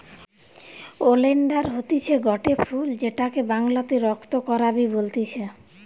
oleander হতিছে গটে ফুল যেটাকে বাংলাতে রক্ত করাবি বলতিছে